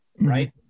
Right